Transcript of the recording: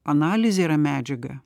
analizė yra medžiaga